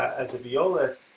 as a violist,